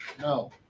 no